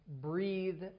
breathe